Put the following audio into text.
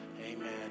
Amen